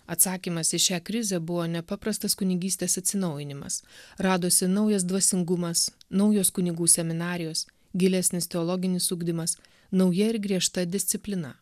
atsakymas į šią krizę buvo nepaprastas kunigystės atsinaujinimas radosi naujas dvasingumas naujos kunigų seminarijos gilesnis teologinis ugdymas nauja ir griežta disciplina